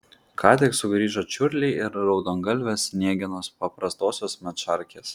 ką tik sugrįžo čiurliai ir raudongalvės sniegenos paprastosios medšarkės